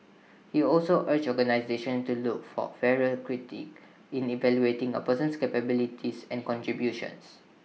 he also urged organisations to look for fairer in evaluating A person's capabilities and contributions